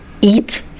eat